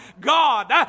God